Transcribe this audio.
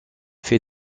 fait